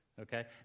Okay